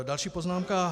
Další poznámka